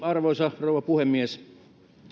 arvoisa rouva puhemies